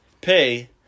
pay